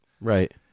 Right